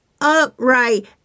Upright